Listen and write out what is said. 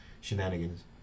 shenanigans